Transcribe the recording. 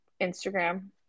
Instagram